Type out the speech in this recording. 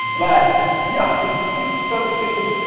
but, yeah, it's it's something.